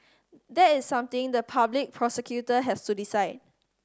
that is something the public prosecutor has to decide